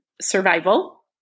survival